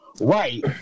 right